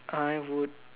I would